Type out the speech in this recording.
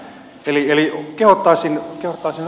eli kehottaisin odottamaan